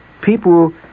people